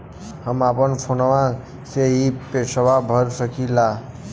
हम अपना फोनवा से ही पेसवा भर सकी ला?